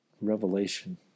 revelation